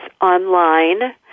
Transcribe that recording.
online